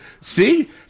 See